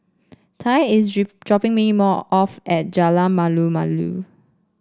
Tye is dropping me off at Jalan Malu Malu